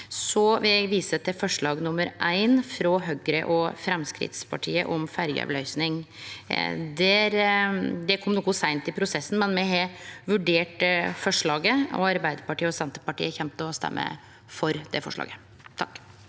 Der vil eg vise til forslag nr. 1, frå Høgre og Framstegspartiet, om ferjeavløysing. Det kom noko seint i prosessen, men me har vurdert forslaget, og Arbeidarpartiet og Senterpartiet kjem til å stemme for det forslaget.